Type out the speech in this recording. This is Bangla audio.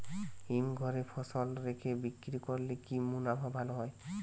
হিমঘরে ফসল রেখে বিক্রি করলে কি মুনাফা ভালো?